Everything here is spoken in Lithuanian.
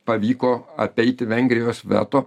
pavyko apeiti vengrijos veto